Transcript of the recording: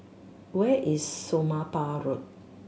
where is Somapah Road